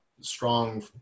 strong